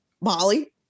Molly